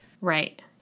Right